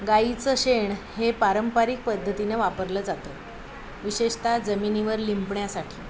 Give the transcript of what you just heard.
गाईचं शेण हे पारंपारिक पद्धतीनें वापरलं जातं विशेषताः जमिनीवर लिंपण्यासाठी